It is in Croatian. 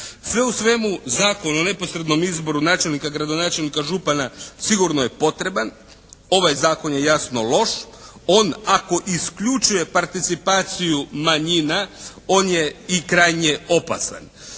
Sve u svemu Zakon o neposrednom izboru načelnika, gradonačelnika, župana sigurno je potreban. Ovaj zakon je jasno loš. On ako isključuje participaciju manjina, on je i krajnje opasan.